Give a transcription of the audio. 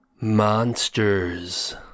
Monsters